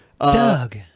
Doug